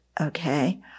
Okay